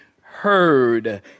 heard